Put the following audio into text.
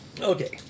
Okay